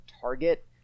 target